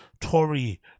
Tory